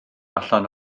allan